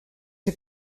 que